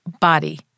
body